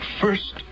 First